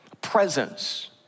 presence